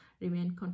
remain